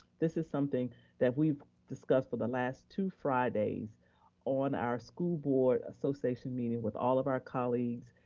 this is something that we've discussed for the last two fridays on our school board association meeting with all of our colleagues,